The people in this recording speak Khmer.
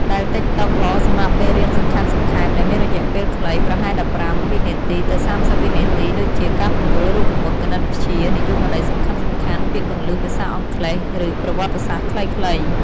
ដែលតិកតុក ល្អសម្រាប់មេរៀនសង្ខេបៗដែលមានរយៈពេលខ្លី ប្រហែល១៥ វិនាទី ទៅ ៣០ វិនាទី ដូចជា ការពន្យល់រូបមន្តគណិតវិទ្យា និយមន័យសំខាន់ៗ ពាក្យគន្លឹះភាសាអង់គ្លេស ឬប្រវត្តិសាស្ត្រខ្លីៗ។